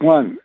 One